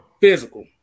physical